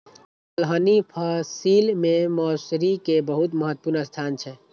दलहनी फसिल मे मौसरी के बहुत महत्वपूर्ण स्थान छै